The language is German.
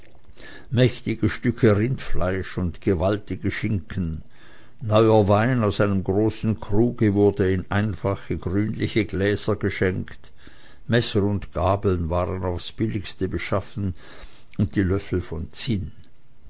mächtige stücke rindfleisch und gewaltige schinken neuer wein aus einem großen kruge wurde in einfache grünliche gläser geschenkt messer und gabeln waren aufs billigste beschaffen und die löffel von zinn